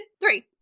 Three